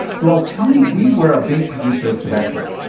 rob, tell me, we were a big producer of tobacco,